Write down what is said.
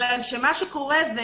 בגלל שמה שקורה זה